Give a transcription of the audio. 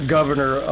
Governor